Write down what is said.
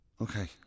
Okay